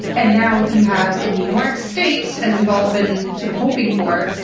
and now you have, in new york state, as we've all been sort of hoping for,